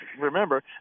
remember